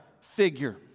figure